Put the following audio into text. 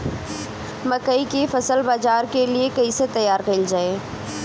मकई के फसल बाजार के लिए कइसे तैयार कईले जाए?